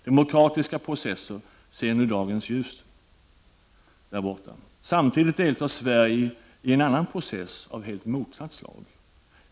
Demokratiska processer ser nu dagens ljus. Samtidigt deltar Sverige i en annan process av helt motsatt slag.